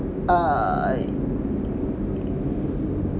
err